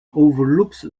overlooks